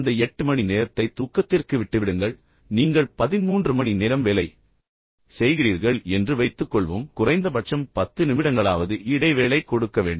அந்த எட்டு மணி நேரத்தை தூக்கத்திற்கு விட்டுவிடுங்கள் நீங்கள் பதின்மூன்று மணி நேரம் வேலை செய்கிறீர்கள் என்று வைத்துக்கொள்வோம் எனவே குறைந்தபட்சம் பத்து நிமிடங்களாவது இடைவேளை கொடுக்க வேண்டும்